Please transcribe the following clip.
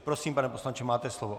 Prosím, pane poslanče, máte slovo.